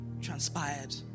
transpired